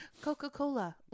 Coca-Cola